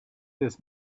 this